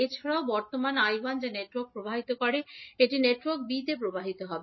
এছাড়াও বর্তমান 𝐈1 যা নেটওয়ার্কে প্রবাহিত হবে এটি নেটওয়ার্ক b তে প্রবাহিত হবে